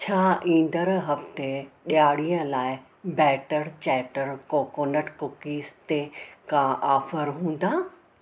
छा ईंदड़ हफ़्ते डि॒यारीअ लाइ बैटर चैटर कोकोनट कुकीज़ ते का ऑफर हूंदा